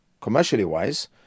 commercially-wise